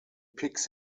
picks